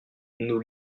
nous